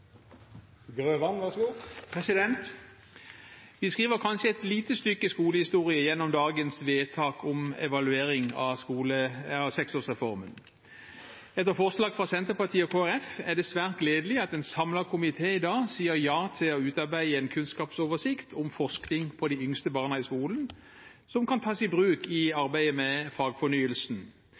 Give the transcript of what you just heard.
Vi skriver kanskje et lite stykke skolehistorie gjennom dagens vedtak om evaluering av seksårsreformen. Etter forslag fra Senterpartiet og Kristelig Folkeparti er det svært gledelig at en samlet komité i dag sier ja til å utarbeide en kunnskapsoversikt om forskning på de yngste barna i skolen, som kan tas i bruk i arbeidet med fagfornyelsen,